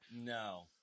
No